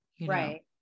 Right